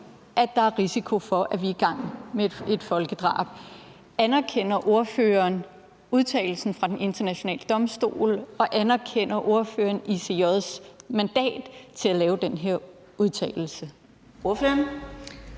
at der er risiko for, at vi er i gang med et folkedrab. Anerkender ordføreren udtalelsen fra den internationale domstol, og anerkender ordføreren ICJ's mandat til at lave den her udtalelse? Kl.